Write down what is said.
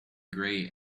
grey